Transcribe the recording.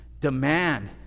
demand